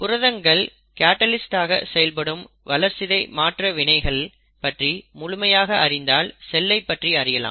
புரதங்கள் கேட்டலிஸ்ட் ஆக செயல்படும் வளர்சிதைமாற்ற எதிர்வினைகள் பற்றி முழுமையாக அறிந்தால் செல்லை பற்றி அறியலாம்